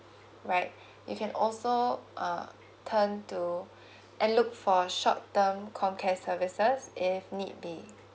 right you can also uh turn to and look for short term comcare services if need be